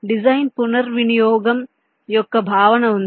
design పునర్వినియోగం యొక్క భావన ఉంది